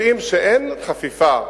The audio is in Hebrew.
והם יודעים שאין חפיפה,